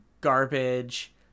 garbage